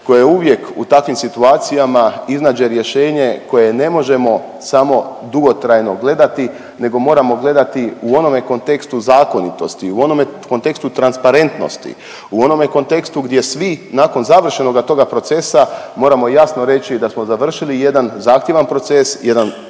koje uvijek u takvim situacijama iznađe rješenje koje ne možemo samo dugotrajno gledati nego moramo gledati u onome kontekstu zakonitosti, u onome kontekstu transparentnosti, u onome kontekstu gdje svi nakon završenoga toga procesa moramo jasno reći da smo završili jedan zahtjevan proces, jedan